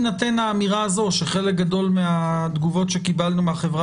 מתוך הבנה שהסכום הוא נמוך והיום הסכום מאוד נמוך וגם לא יעיל ברמה